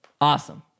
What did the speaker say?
Awesome